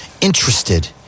interested